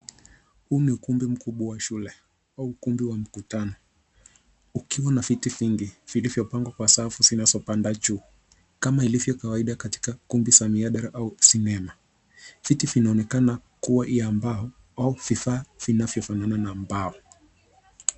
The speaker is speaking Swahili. Huu ni ukumbi mkubwa wa shule au ukumbi wa mkutano ukiwa na viti vingi vilivyopangwa kwa safu zinazopanda juu kama ilivyo kawaida katika kundi za mihadara au sinema. Viti vinaonekana kuwa vya mbao au vifaa vinavyofanana na mbao.